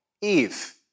Eve